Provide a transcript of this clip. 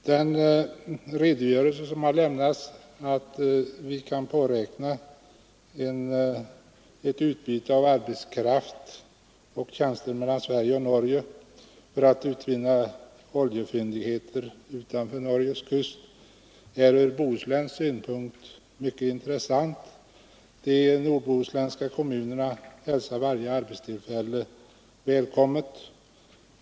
Den redogörelse industriministern lämnat angående utbyte av arbetskraft och tjänster mellan Sverige och Norge för att utvinna oljefyndigheterna utanför Norges kust är ur bohuslänsk synpunkt mycket intressant. De nordbohuslänska kommunerna hälsar varje arbetstillfälle välkommet.